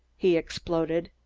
he exploded.